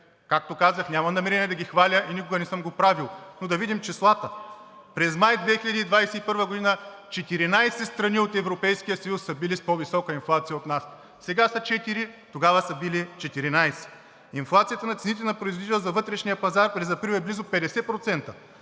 Както казах, нямам намерение да ги хваля и никога не съм го правил, но да видим числата. През май 2021 г. 14 страни от Европейския съюз са били с по висока инфлация от нас, а сега са четири, тогава са били 14. Инфлацията на цените на производител за вътрешния пазар през месец април е близо 50%,